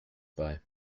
bei